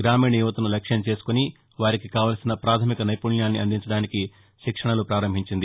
గ్రామీణ యువతను లక్ష్యం చేసుకుని వారికి కావల్సిన ప్రాథమిక నైపుణ్యాల్ని అందించటానికి శిక్షణలు ప్రారంభించింది